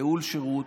ייעול שירות,